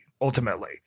ultimately